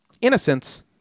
innocence